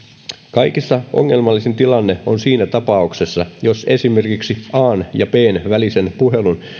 kaikista ongelmallisin tilanne on siinä tapauksessa jos esimerkiksi an ja bn välisen puhelun